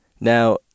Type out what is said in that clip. Now